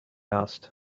asked